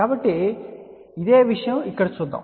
కాబట్టి ఇదే విషయం ఇక్కడ చూద్దాం